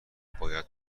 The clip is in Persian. باید